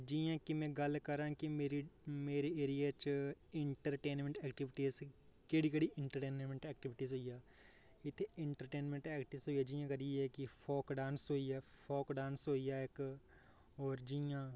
जि'यां कि में गल्ल करां कि मेरी मेरे एरिये च इंटरटेनमैंट ऐक्टीविटी असें ई केह्ड़ी केह्ड़ी इंटरटेनमैंट ऐक्टीविटी होइयां इत्थै इंटरटेनमैंट ऐक्टीविटी होई गेआ जि'यां कि फोक डांस होई गेआ फोक डांस होई गेआ इक होर जि'यां